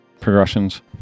progressions